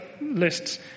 lists